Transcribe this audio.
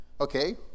Okay